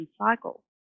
cycle